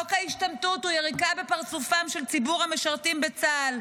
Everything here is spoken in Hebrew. חוק ההשתמטות הוא יריקה בפרצופו של ציבור המשרתים בצה"ל,